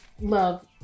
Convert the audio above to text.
love